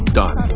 done